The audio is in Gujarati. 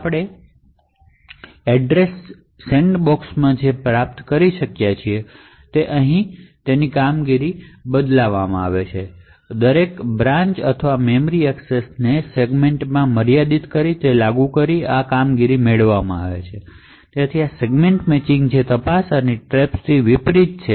આપણે એડ્રેસ સેન્ડબોક્સિંગમાં જે પ્રાપ્ત કરી શક્યા તે એ છે કે પર્ફોમન્સમાં સુધારો થાય છે અને તે દરેક બ્રાન્ચ અથવા મેમરી એક્સેસ તે સેગમેન્ટમાં મર્યાદિત કરી મેળવવામાં આવે છે આ સેગમેન્ટ મેચિંગ ની તપાસ અને ટ્રેપ્સ થી અલગ છે